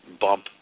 bump